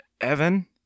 Evan